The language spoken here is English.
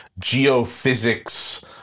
geophysics